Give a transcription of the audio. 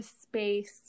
space